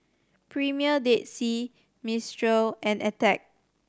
Premier Dead Sea Mistral and Attack